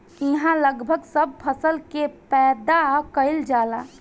इहा लगभग सब फसल के पैदा कईल जाला